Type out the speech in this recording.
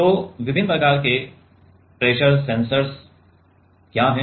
तो विभिन्न प्रकार के प्रेशर सेंसरस क्या हैं